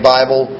Bible